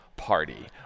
party